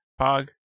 Pog